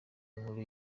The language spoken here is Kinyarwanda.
inkuru